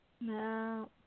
No